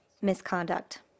misconduct